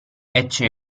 ecce